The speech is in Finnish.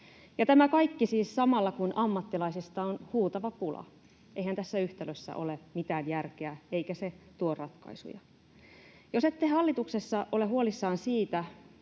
tämä kaikki siis samalla, kun ammattilaisista on huutava pula. Eihän tässä yhtälössä ole mitään järkeä, eikä se tuo ratkaisuja. Jos ette hallituksessa ole huolissaan siitä,